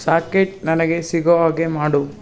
socket ನನಗೆ ಸಿಗೋ ಹಾಗೆ ಮಾಡು